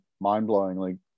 mind-blowingly